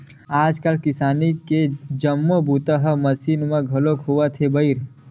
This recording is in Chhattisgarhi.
आजकाल किसानी के जम्मो बूता ह मसीन म घलोक होवत हे बइर